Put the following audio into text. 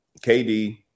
KD